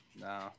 No